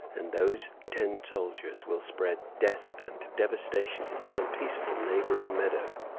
and those ten soldiers will spread death and devastation in some peaceful neighboring meadow,